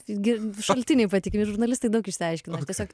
visgi šaltiniai patikimi ir žurnalistai daug išsiaiškina ar tiesiog